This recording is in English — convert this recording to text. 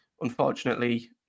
Unfortunately